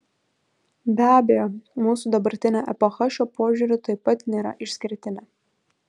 be abejo mūsų dabartinė epocha šiuo požiūriu taip pat nėra išskirtinė